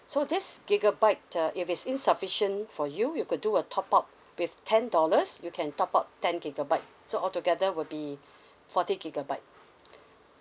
so this gigabyte uh if it's insufficient for you you could do a top up with ten dollars you can top up ten gigabyte so altogether will be forty gigabyte